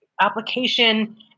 application